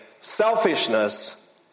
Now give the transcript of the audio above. selfishness